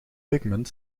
pigment